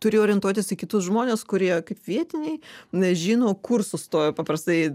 turi orientuotis į kitus žmones kurie kaip vietiniai na žino kur sustoja paprastai